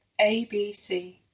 ABC